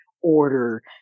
order